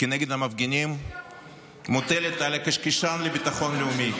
כנגד המפגינים מוטלת על הקשקשן לביטחון לאומי,